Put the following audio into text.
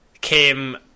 came